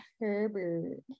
Herbert